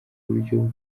buryo